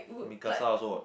Picasa also what